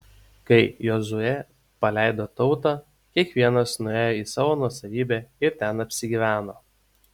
kai jozuė paleido tautą kiekvienas nuėjo į savo nuosavybę ir ten apsigyveno